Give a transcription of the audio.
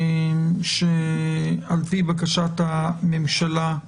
על פי בקשת הממשלה,